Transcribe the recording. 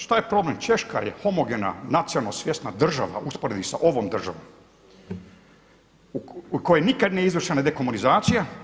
Šta je problem, Češka je homogena, nacionalno svjesna država u usporedbi sa ovom državom u kojoj nikad nije izvršena dekomunizacija.